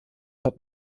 hat